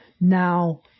Now